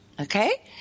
Okay